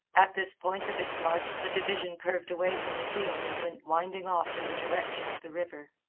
at this point of its march the division curved away from the field and went winding off in the direction of the river.